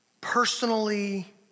personally